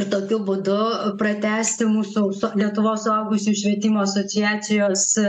tokiu būdu pratęsti mūsų su lietuvos suaugusiųjų švietimo asociacijos